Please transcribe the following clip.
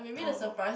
no no no